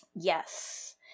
Yes